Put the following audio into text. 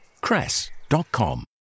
cress.com